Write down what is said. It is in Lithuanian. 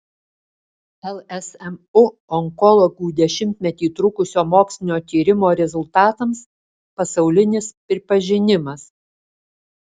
lsmu onkologų dešimtmetį trukusio mokslinio tyrimo rezultatams pasaulinis pripažinimas